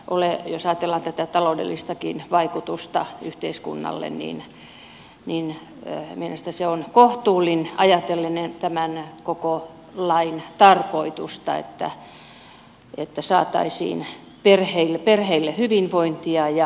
jos ajatellaan taloudellistakin vaikutusta yhteiskunnalle niin mielestäni se on kohtuullinen ajatellen tämän koko lain tarkoitusta että saataisiin perheille hyvinvointia ja vanhemmuuteen tukea